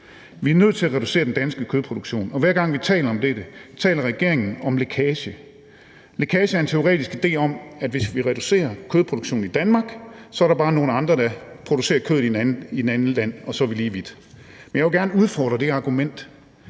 Vi er nødt til at reducere den danske kødproduktion, og hver gang vi taler om dette, taler regeringen om lækage. Lækage er en teoretisk idé om, at hvis vi reducerer kødproduktionen i Danmark, så er der bare nogle andre i et andet land, der producerer kødet, og så er vi lige vidt. Men jeg vil gerne udfordre det argument.